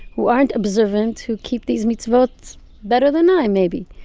who aren't observant, who keep these mitzvot better than i, maybe.